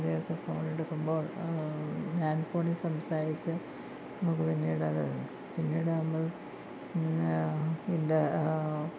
ആദ്യമായിട്ട് ഫോണെടുക്കുമ്പോൾ ലാൻഡ് ഫോണിൽ സംസാരിച്ച് നമുക്ക് പിന്നീടത് പിന്നീട് നമ്മൾ ഇതിൻ്റെ